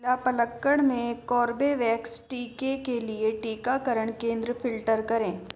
जिला पलक्कड में कोर्बेवैक्स टीके के लिए टीकाकरण केंद्र फ़िल्टर करें